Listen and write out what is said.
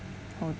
on